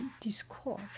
Discord